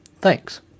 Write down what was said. Thanks